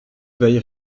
veille